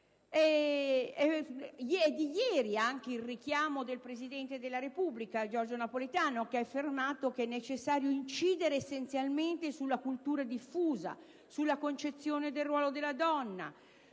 È di ieri anche il richiamo del Presidente della Repubblica, Giorgio Napolitano, che ha affermato che è necessario incidere essenzialmente sulla cultura diffusa, sulla concezione del ruolo della donna,